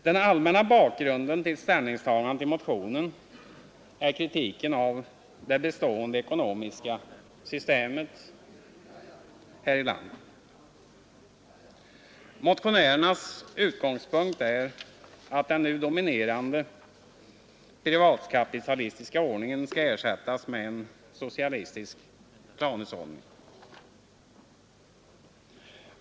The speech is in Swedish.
Den allmänna bakgrunden till ställningstagandet i motionen är kritiken av det bestående ekonomiska systemet här i landet. Motionärernas utgångspunkt är att den nu dominerande privatkapitalistiska ordningen skall ersättas av en socialistisk planhushållning.